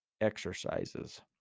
exercises